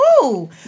woo